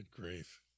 Grief